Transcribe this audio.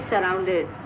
Surrounded